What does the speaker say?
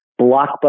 blockbuster